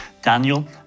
Daniel